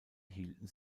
hielten